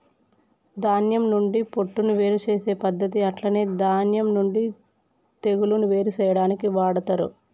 ధాన్యం నుండి పొట్టును వేరు చేసే పద్దతి అట్లనే ధాన్యం నుండి తెగులును వేరు చేయాడానికి వాడతరు